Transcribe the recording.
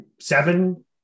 Seven